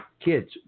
kids